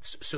so